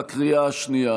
בקריאה השנייה.